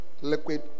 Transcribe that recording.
Liquid